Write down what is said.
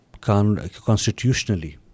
constitutionally